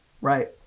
right